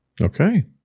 Okay